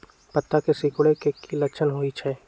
पत्ता के सिकुड़े के की लक्षण होइ छइ?